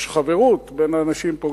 יש חברות בין האנשים פה.